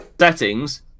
settings